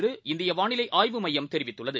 Arabic இந்தியவானிலைஆய்வு மையம் தெரிவித்துள்ளது